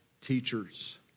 teachers